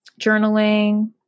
journaling